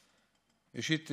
ראשית,